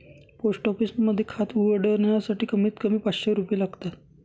post office मध्ये खात उघडण्यासाठी कमीत कमी पाचशे रुपये लागतात